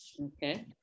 Okay